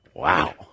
Wow